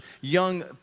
young